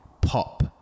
pop